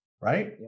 right